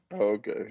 Okay